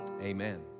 amen